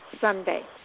Sunday